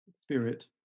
Spirit